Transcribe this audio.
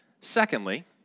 Secondly